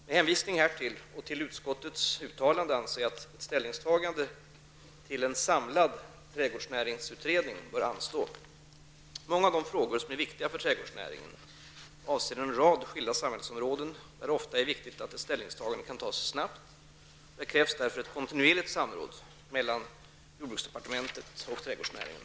Med hänvisning härtill och till utskottets uttalande anser jag att ett ställningstagande till en samlad trädgårdsnäringsutredning bör anstå. Många av de frågor som är viktiga för trädgårdsnäringen avser en rad skilda samhällsområden där det ofta är viktigt att ett ställningstagande kan göras snabbt. Det krävs därför ett kontinuerligt samråd mellan jordbruksdepartementet och trädgårdsnäringen.